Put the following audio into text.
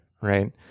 Right